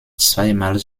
zweimal